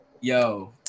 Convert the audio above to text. Yo